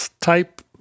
type